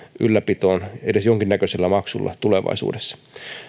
ylläpitoon edes jonkinnäköisellä maksulla tulevaisuudessa